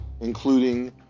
including